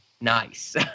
Nice